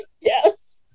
Yes